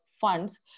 funds